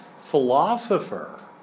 philosopher